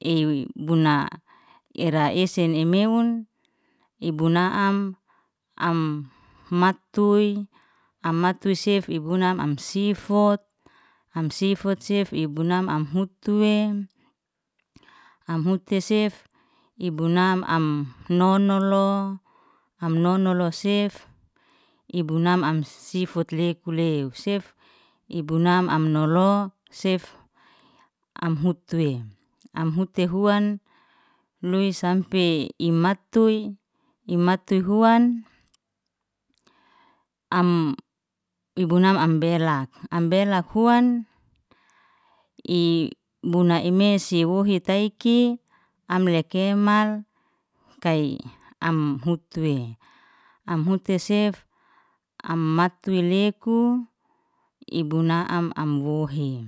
ei buna era esen emeun i bunaam, am matuy am matuy sif ibunam am sifot, am sifot sef ibunam amhutiwe, am hute sef ibunam am nonolo, am nonolo sif, i buna am sifut leku lew sef ibuna am- am lolo sef, am hutwe am hute huan loy sampe i matoi, i matoi huan, am ibunam am belak, am belak huan i buna ime si wohi taiki amlekemal ikay am hutwe, am hute sef am mattui leku, i buna am wohi